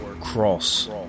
cross